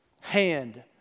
hand